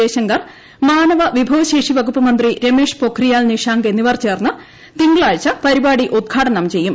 ജയ്ശങ്കർ മാനവശേഷി വിഭവശേഷി വകുപ്പ് മന്ത്രി രമേഷ് പൊഖ്രിയാൽ നിഷാങ്ക് എന്നിവർ ചേർന്ന് തിങ്കളാഴ്ച പരിപാടി ഉദ്ഘാടനം ചെയ്യും